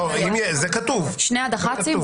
שני הדח"צים,